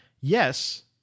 yes